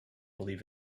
believe